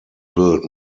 build